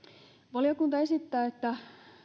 valiokunta esittää että